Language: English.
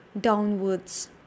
downwards